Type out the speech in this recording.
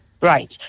right